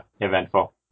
eventful